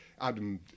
Adam